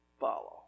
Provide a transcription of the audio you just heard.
follow